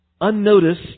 unnoticed